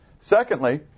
Secondly